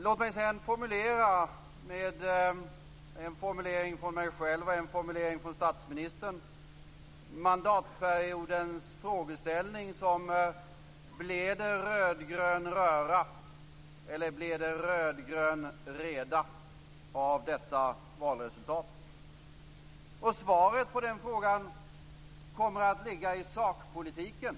Låt mig sedan formulera med en formulering från mig själv och en formulering från statsministern mandatperiodens frågeställning: Blir det rödgrön röra, eller blir det rödgrön reda, av detta valresultat? Svaret på den frågan kommer att ligga i sakpolitiken.